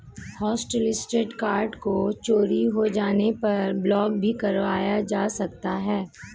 hotlisted card को चोरी हो जाने पर ब्लॉक भी कराया जा सकता है